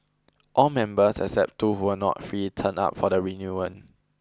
all members except two who were not free turned up for the reunion